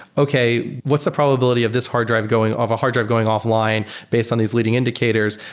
okay. what's the probability of this hard drive going of a hard drive going offline based on these leading indicators?